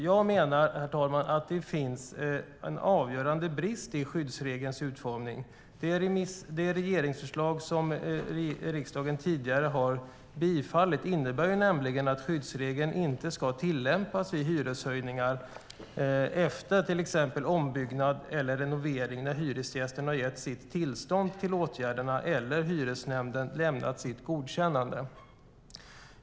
Jag menar, herr talman, att det finns en avgörande brist i skyddsregelns utformning. Det regeringsförslag som riksdagen tidigare har bifallit innebär nämligen att skyddsregeln inte ska tillämpas vid hyreshöjningar efter till exempel ombyggnad eller renovering när hyresgästen har gett sitt tillstånd till åtgärderna eller hyresnämnden har lämnat sitt godkännande.